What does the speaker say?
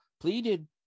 pleaded